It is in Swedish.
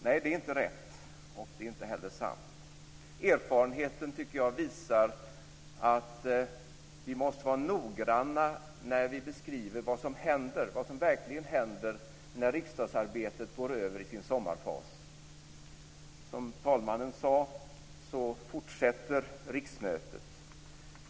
Nej, det är inte rätt, och det är inte heller sant. Erfarenheten tycker jag visar att vi måste vara noggranna när vi beskriver vad som verkligen händer när riksdagsarbetet går över i sin sommarfas. Som talmannen sade fortsätter riksmötet.